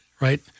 right